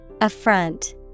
affront